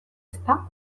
ezta